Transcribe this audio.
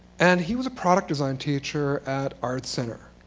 and he was a product design teacher at art center.